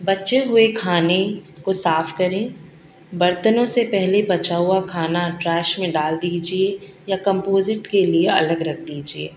بچے ہوئے کھانے کو صاف کریں برتنوں سے پہلے بچا ہوا کھانا ٹراش میں ڈال دیجیے یا کمپوزٹ کے لیے الگ رکھ دیجیے